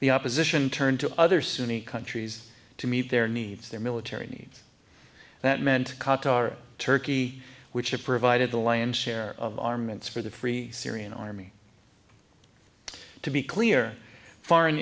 the opposition turn to other sunni countries to meet their needs their military needs that meant qatar turkey which had provided the lion's share of armaments for the free syrian army to be clear foreign